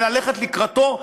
וללכת לקראתו,